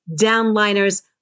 downliners